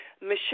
Michelle